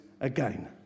again